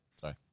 Sorry